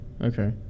Okay